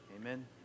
Amen